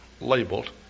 labeled